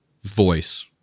voice